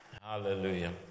Hallelujah